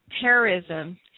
terrorism